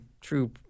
true